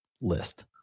list